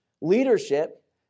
leadership